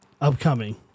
upcoming